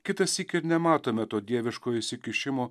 kitąsyk ir nematome to dieviško įsikišimo